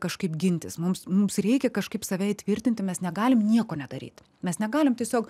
kažkaip gintis mums mums reikia kažkaip save įtvirtinti mes negalim nieko nedaryt mes negalim tiesiog